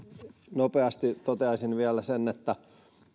nopeasti toteaisin vielä sen että